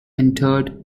entered